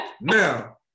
Now